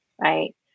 right